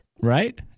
right